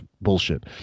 bullshit